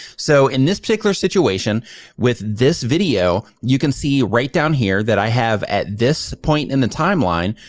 so in this particular situation with this video, you can see right down here that i have, at this point in the timeline,